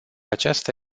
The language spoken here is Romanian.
aceasta